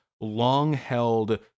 long-held